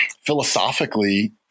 philosophically